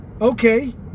Okay